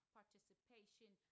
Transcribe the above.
participation